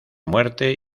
muerte